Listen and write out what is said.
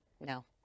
no